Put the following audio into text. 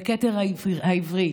וכתר העברית,